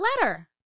letter